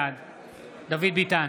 בעד דוד ביטן,